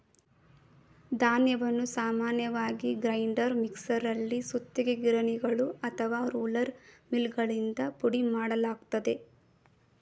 ಧಾನ್ಯವನ್ನು ಸಾಮಾನ್ಯವಾಗಿ ಗ್ರೈಂಡರ್ ಮಿಕ್ಸರಲ್ಲಿ ಸುತ್ತಿಗೆ ಗಿರಣಿಗಳು ಅಥವಾ ರೋಲರ್ ಮಿಲ್ಗಳಿಂದ ಪುಡಿಮಾಡಲಾಗ್ತದೆ